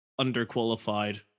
underqualified